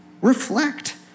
Reflect